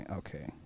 okay